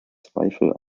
zweifel